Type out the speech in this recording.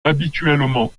habituellement